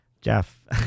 Jeff